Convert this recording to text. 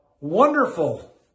wonderful